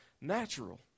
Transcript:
natural